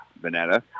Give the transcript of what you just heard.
Vanetta